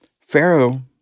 Pharaoh